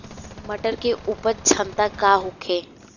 मटर के उपज क्षमता का होखे?